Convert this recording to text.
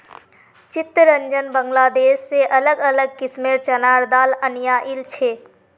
चितरंजन बांग्लादेश से अलग अलग किस्मेंर चनार दाल अनियाइल छे